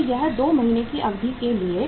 तो यह 2 महीने की अवधि के लिए है